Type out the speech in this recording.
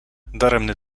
daremny